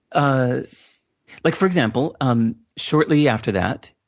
ah like, for example, um shortly after that